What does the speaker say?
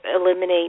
eliminate